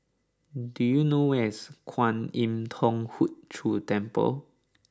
do you know where is Kwan Im Thong Hood Cho Temple